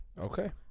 Okay